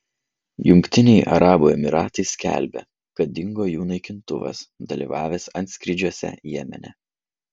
jungtiniai arabų emyratai skelbia kad dingo jų naikintuvas dalyvavęs antskrydžiuose jemene